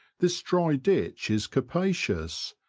this dry ditch is capacious,